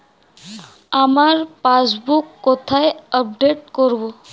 আমার পাসবুক কোথায় আপডেট করব?